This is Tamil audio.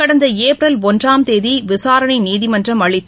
கடந்த ஏப்ரல் ஒன்றாம் தேதி விசாரணை நீதிமன்றம் அளித்த